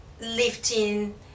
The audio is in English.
lifting